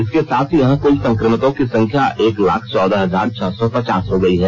इसके साथ ही यहां कुल संक्रमितों की संख्या एक लाख चौदह हजार छह सौ पचास हो गई है